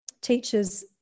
teachers